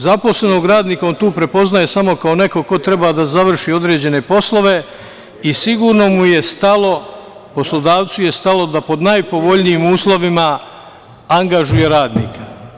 Zaposlenog radnika on tu prepoznaje samo kao nekog ko treba da završi određene poslove i sigurno je poslodavcu stalo da pod najpovoljnijim uslovima angažuje radnika.